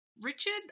Richard